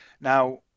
now